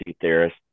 theorist